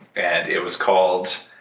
and it was called,